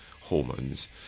hormones